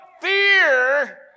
fear